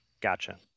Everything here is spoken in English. Gotcha